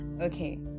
okay